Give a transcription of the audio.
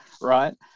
right